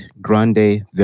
Grande